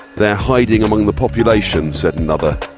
they're hiding among the population, said another.